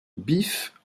bief